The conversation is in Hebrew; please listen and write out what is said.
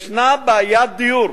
יש בעיית דיור.